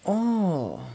oh